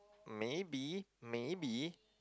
maybe maybe